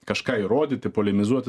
kažką įrodyti polemizuoti